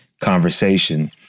conversation